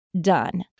done